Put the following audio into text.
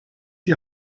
die